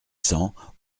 cents